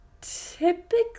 typically